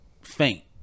faint